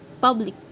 public